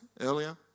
earlier